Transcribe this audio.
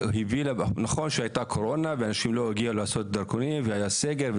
נכון שהייתה קורונה ואנשים לא הגיעו לעשות דרכונים והיה סגר,